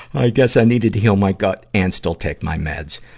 i guess i needed to heal my gut and still take my meds.